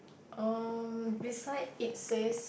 um beside it says